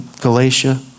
Galatia